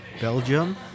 Belgium